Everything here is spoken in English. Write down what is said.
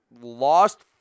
lost